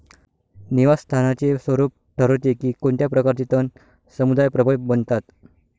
निवास स्थानाचे स्वरूप ठरवते की कोणत्या प्रकारचे तण समुदाय प्रबळ बनतात